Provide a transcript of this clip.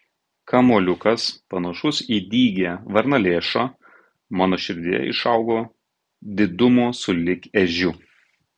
kamuoliukas panašus į dygią varnalėšą mano širdyje išaugo didumo sulig ežiu